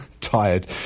tired